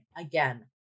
again